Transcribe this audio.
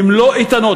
הן לא איתנות,